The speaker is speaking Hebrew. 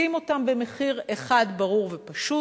לשים אותם במחיר אחד ברור ופשוט,